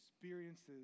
experiences